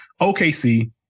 OKC